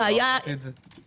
לא אמרתי את זה.